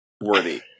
worthy